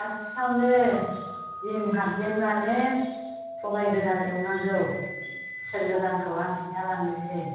फार्स्थआवनो दिन हाबजेनबानो सबाइ गोरान एवनांगौ बोसोर गोदानखौ आं खिन्थिलांनोसै